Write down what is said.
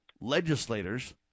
legislators